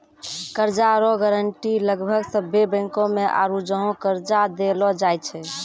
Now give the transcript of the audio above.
कर्जा रो गारंटी लगभग सभ्भे बैंको मे आरू जहाँ कर्जा देलो जाय छै